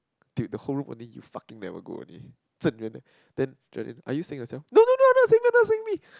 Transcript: dude the whole room only you fucking never go only Zhen-ren eh then Geraldine are you saying yourself no no no not saying me not saying me